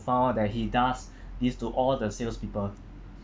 found out that he does this to all the salespeople